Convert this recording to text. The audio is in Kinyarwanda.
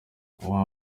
com